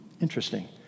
interesting